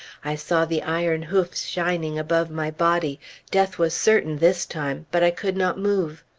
i saw the iron hoofs shining above my body death was certain this time, but i could not move.